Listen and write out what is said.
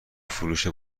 فروش